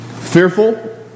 fearful